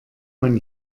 man